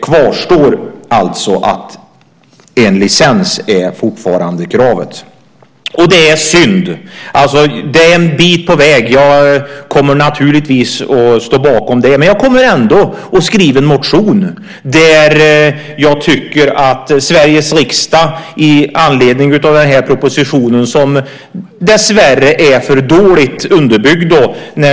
Kravet på en licens kvarstår alltså fortfarande, och det är synd. Det är en bit på väg. Jag kommer naturligtvis att stå bakom detta, men jag kommer ändå att skriva en motion med anledning av den här propositionen som dessvärre är för dåligt underbyggd.